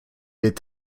est